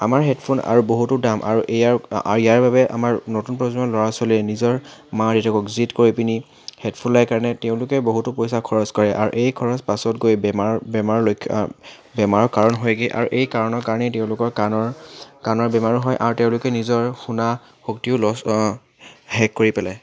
আমাৰ হেডফোন আৰু বহুতো দাম আৰু ইয়াৰ বাবে আমাৰ নতুন প্ৰজন্মৰ ল'ৰা ছোৱালীয়ে নিজৰ মা দেউতাকক জিদ কৰি পিনে হেডফোন লয় কাৰণে তেওঁলোকে বহুতো পইচা খৰচ কৰে আৰু এই খৰচ পাছত গৈ বেমাৰত বেমাৰৰ কাৰণ হয়গৈ আৰু এই কাৰণেই তেওঁলোকৰ কাণৰ কাণৰ বেমাৰো হয় আৰু তেওঁলোকে নিজৰ শুনা শক্তিও লছ শেষ কৰি পেলায়